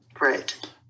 Right